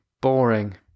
Boring